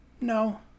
No